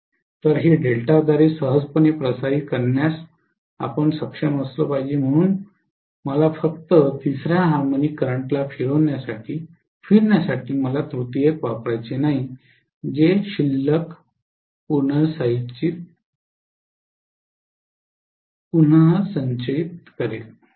तर हे डेल्टाद्वारे सहजपणे प्रसारित करण्यास सक्षम असेल म्हणून मला फक्त तिसर्या हार्मोनिक करंटला फिरण्यासाठी मला तृतीयक वापराचे नाही जे शिल्लक पुनर्संचयित करेल